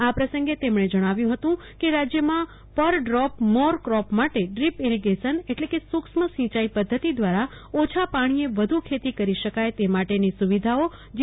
આ પ્રસંગે તૈમણે જણાવ્યું હતું કે રાજ્યમાં પર ડ્રીપ મીર ડ્રીપ માટે ડ્રીપ ઇરીગ્રીશન સુક્ષ્મ સિંચાઈ પદ્ધતિ દ્વારા ઓછા પાણીએ વધુ ખેતી કરી શકાય તે માટેની સુવિધાઓ જી